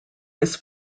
his